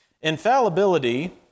Infallibility